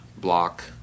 block